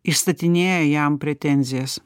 įstatinėja jam pretenzijas